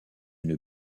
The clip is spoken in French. une